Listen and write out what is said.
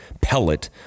pellet